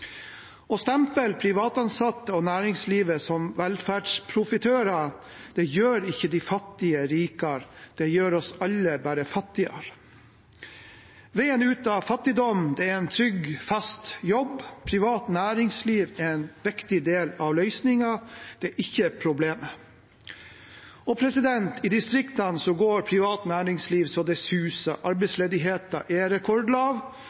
Å stemple privat ansatte og næringsliv som velferdsprofitører gjør ikke de fattigere rikere. Det gjør bare oss alle fattigere. Veien ut av fattigdom er en trygg, fast jobb. Privat næringsliv er en viktig del av løsningen – det er ikke problemet. I distriktene går privat næringsliv så det suser, arbeidsledigheten er rekordlav,